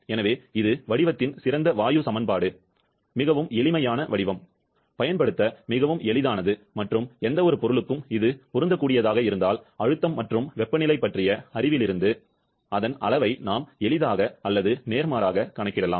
எனவே இது வடிவத்தின் சிறந்த வாயு சமன்பாடு மிகவும் எளிமையான வடிவம் பயன்படுத்த மிகவும் எளிதானது மற்றும் எந்தவொரு பொருளுக்கும் இது பொருந்தக்கூடியதாக இருந்தால் அழுத்தம் மற்றும் வெப்பநிலை பற்றிய அறிவிலிருந்து அதன் அளவை நாம் எளிதாக அல்லது நேர்மாறாக கணக்கிடலாம்